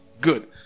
good